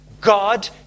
God